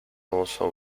also